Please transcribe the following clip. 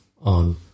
on